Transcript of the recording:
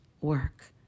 work